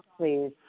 please